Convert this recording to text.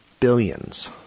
Billions